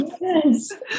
Yes